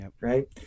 right